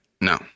No